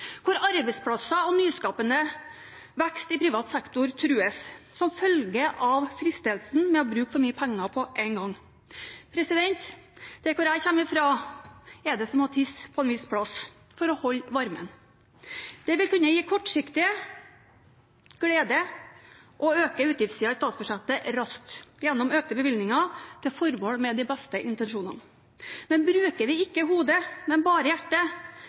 hvor arbeidsplasser og nyskapende vekst i privat sektor trues som følge av fristelsen til å bruke for mye penger på en gang. Der jeg kommer fra, er det som å tisse en viss plass for å holde varmen. Det vil kunne gi kortsiktig glede og øke utgiftssiden i statsbudsjettet raskt – gjennom økte bevilgninger til formål, med de beste intensjoner. Bruker vi ikke hodet, men bare hjertet,